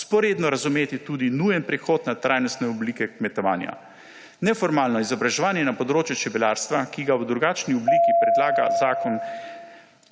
vzporedno razumeti tudi nujen prehod na trajnostne oblike kmetovanja. Neformalno izobraževanje na področju čebelarstva, ki ga v drugačni obliki predlaga zakon,